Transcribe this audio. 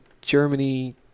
germany